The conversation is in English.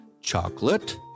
chocolate